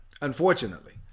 unfortunately